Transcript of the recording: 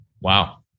Wow